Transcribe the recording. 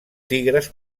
tigres